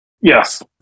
Yes